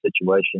situation